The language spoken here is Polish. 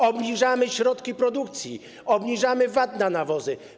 Obniżamy środki produkcji, obniżamy VAT na nawozy.